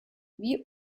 wie